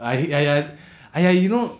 ai~ !aiya! !aiya! you know